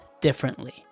differently